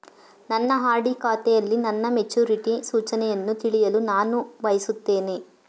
ನನ್ನ ಆರ್.ಡಿ ಖಾತೆಯಲ್ಲಿ ನನ್ನ ಮೆಚುರಿಟಿ ಸೂಚನೆಯನ್ನು ತಿಳಿಯಲು ನಾನು ಬಯಸುತ್ತೇನೆ